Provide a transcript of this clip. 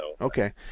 Okay